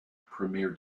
premier